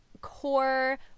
core